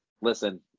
Listen